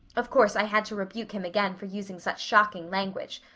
of course, i had to rebuke him again for using such shocking language.